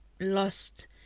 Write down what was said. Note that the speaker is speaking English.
lost